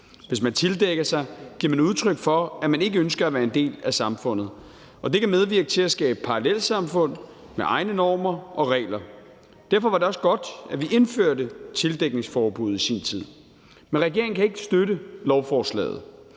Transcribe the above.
Hvis man tildækker sig, giver man udtryk for, at man ikke ønsker at være en del af samfundet, og det kan medvirke til at skabe parallelsamfund med egne normer og regler. Derfor var det også godt, at vi indførte tildækningsforbuddet i sin tid. Men regeringen kan ikke støtte lovforslaget.